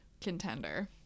contender